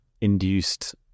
induced